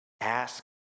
ask